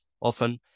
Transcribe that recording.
often